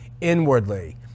Inwardly